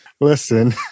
listen